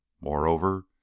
Moreover